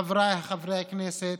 חבריי חברי הכנסת,